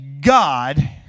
God